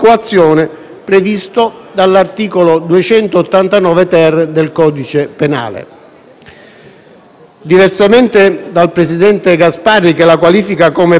Diversamente dal presidente Gasparri, che la qualifica come preminente interesse pubblico, il ministro Salvini utilizza nella sua memoria difensiva